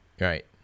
Right